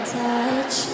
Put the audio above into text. touch